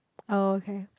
oh okay